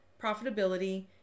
profitability